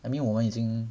I mean 我们已经